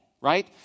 right